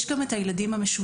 יש גם את הילדים המשולבים.